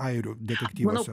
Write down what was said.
airių detektyvuose